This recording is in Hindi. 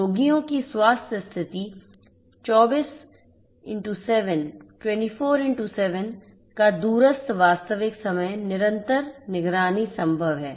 रोगियों की स्वास्थ्य स्थिति 24x7 का दूरस्थ वास्तविक समय निरंतर निगरानी संभव है